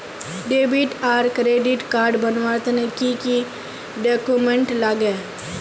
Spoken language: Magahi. डेबिट आर क्रेडिट कार्ड बनवार तने की की डॉक्यूमेंट लागे?